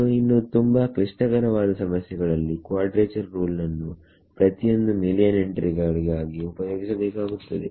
so ಇನ್ನು ತುಂಬಾ ಕ್ಲಿಷ್ಟಕರವಾದ ಸಮಸ್ಯೆ ಗಳಲ್ಲಿ ಕ್ವಾಡ್ರೇಚರ್ ರೂಲ್ ನ್ನು ಪ್ರತಿಯೊಂದು ಮಿಲಿಯನ್ ಎಂಟ್ರಿ ಗಳಿಗಾಗಿ ಉಪಯೋಗಿಸಬೇಕಾಗುತ್ತದೆ